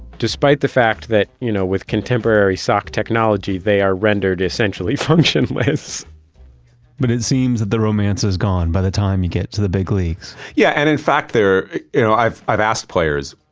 despite the fact that you know with contemporary sock technology they are rendered essentially functionless but it seems that the romance is gone by the time you get to the big leagues yeah. and in fact you know i've i've asked players,